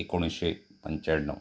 एकोणीसशे पंच्याण्णव